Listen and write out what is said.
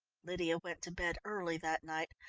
lydia went to bed early that night,